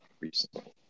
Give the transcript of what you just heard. recently